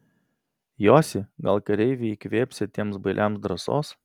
josi gal kareiviai įkvėpsią tiems bailiams drąsos